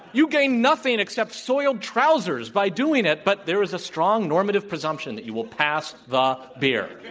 you gain nothing except soiled trousers by doing it, but there is a strong normative presumption that you will pass the beer.